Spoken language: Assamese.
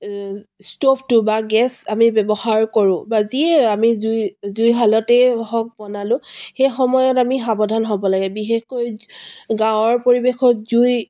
ষ্টভটো বা গেছ আমি ব্যৱহাৰ কৰোঁ বা যিয়ে আমি জুই জুইশালতেই হওক বনালোঁ সেই সময়ত আমি সাৱধান হ'ব লাগে বিশেষকৈ গাঁৱৰ পৰিৱেশত জুই